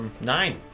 nine